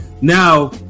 now